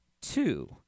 two